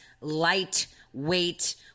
lightweight